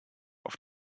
auf